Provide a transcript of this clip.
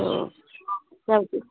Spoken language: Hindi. तो सबके